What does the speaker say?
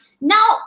Now